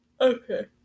Okay